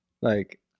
like-